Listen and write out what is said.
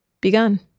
begun